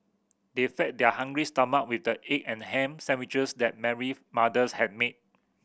they fed their hungry stomach with the egg and ham sandwiches that Mary mothers had made